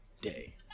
day